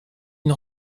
une